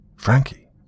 Frankie